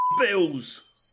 bills